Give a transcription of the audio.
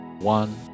one